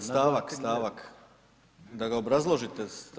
Al stavak, stavak, da ga obrazložite.